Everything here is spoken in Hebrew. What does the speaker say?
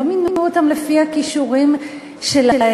לא מינו אותם לפי הכישורים שלהם.